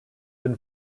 been